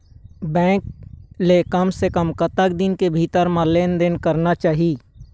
Bank ले कम से कम कतक दिन के भीतर मा लेन देन करना चाही?